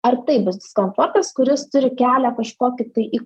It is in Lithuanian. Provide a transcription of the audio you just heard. ar tai bus diskomfortas kuris turi kelią kažkokį tai į